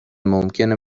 ممکنه